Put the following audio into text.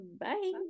Bye